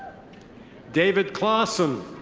david klawson.